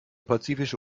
pazifische